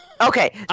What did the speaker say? Okay